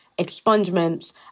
expungements